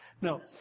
No